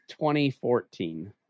2014